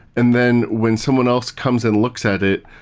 and then when someone else comes and looks at it,